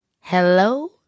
hello